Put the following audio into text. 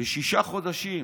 בשישה חודשים.